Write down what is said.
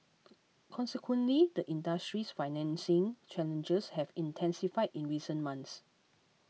consequently the industry's financing challenges have intensified in recent months